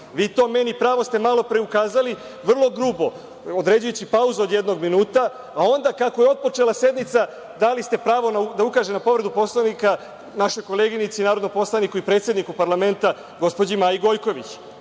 Vi ste meni to pravo malopre ukazali vrlo grubo, određujući pauzu od jednog minuta, a onda, kako je otpočela sednica, dali ste pravo da ukaže na povredu Poslovnika našoj koleginici narodnom poslaniku i predsedniku parlamenta gospođi Maji Gojković.Zašto